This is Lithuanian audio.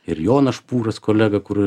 ir jonas špūras kolega kur